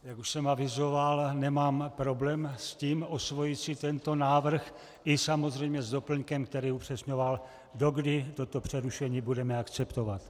Jak už jsem avizoval, nemám problém s tím osvojit si tento návrh i samozřejmě s doplňkem, který upřesňoval, dokdy toto přerušení budeme akceptovat.